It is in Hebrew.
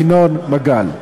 ינון מגל,